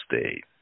state